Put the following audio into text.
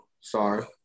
sorry